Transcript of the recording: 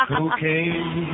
Cocaine